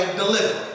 deliver